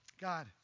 God